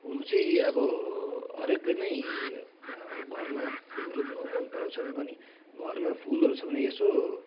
हुनु चाहिँ अब हरेकले नै घरमा फुल रोप्नु मनपराउँछन् अनि घरमा फुलहरू छ भने यसो